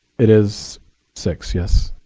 it is six, yes.